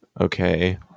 Okay